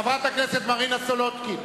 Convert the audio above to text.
חברת הכנסת מרינה סולודקין.